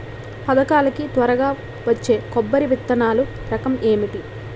పథకాల కి త్వరగా వచ్చే కొబ్బరి విత్తనాలు రకం ఏంటి?